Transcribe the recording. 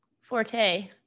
forte